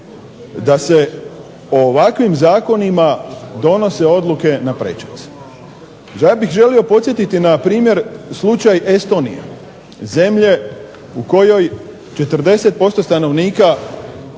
da se o ovakvim zakonima donose odluke na prečac. Čak bih želio podsjetiti na primjer slučaj Estonije zemlje u kojoj 40% stanovnika